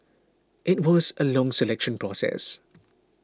it was a long selection process